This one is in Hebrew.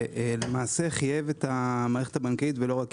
שחייב למעשה את המערכת הבנקאית ולא רק